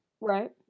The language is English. Right